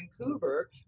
Vancouver